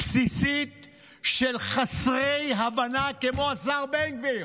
בסיסית של חסרי הבנה כמו השר בן גביר,